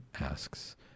asks